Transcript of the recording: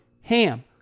HAM